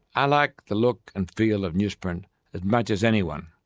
i like the look and feel of newsprint as much as anyone.